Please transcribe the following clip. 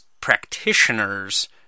practitioners